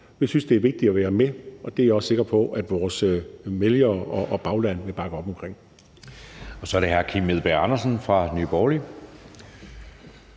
Vi synes, det er vigtigt at være med, og det er jeg også sikker på at vores vælgere og bagland vil bakke op om. Kl. 10:34 Anden næstformand (Jeppe Søe): Så er det hr. Kim Edberg Andersen fra Nye Borgerlige.